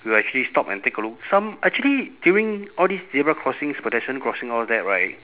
will actually stop and take a look some actually during all these zebra crossings pedestrian crossing all that right